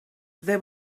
there